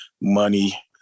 money